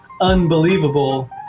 unbelievable